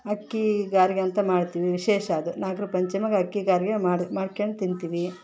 ಅಕ್ಕಿಗಾರಿಗೆ ಅಂತ ಮಾಡ್ತೀವಿ ವಿಶೇಷ ಅದು ನಾಗರ ಪಂಚಮಿಗೆ ಅಕ್ಕಿಗಾರಿಗೆ ಮಾಡಿ ಮಾಡ್ಕೊಂಡ್ ತಿಂತೀವಿ